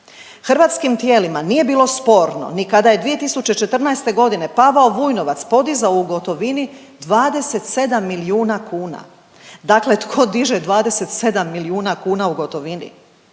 Hrvatskim tijelima nije bilo sporno ni kada je 2014.g. Pavao Vujnovac podizao u gotovini 27 milijuna kuna, dakle tko diže 27 milijuna kuna u gotovini?